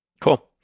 Cool